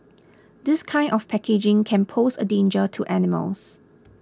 this kind of packaging can pose a danger to animals